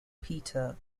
peter